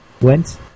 went